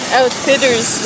outfitters